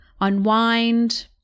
unwind